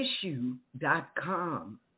issue.com